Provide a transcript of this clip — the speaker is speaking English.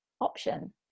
option